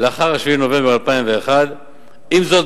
לאחר 7 בנובמבר 2001. עם זאת,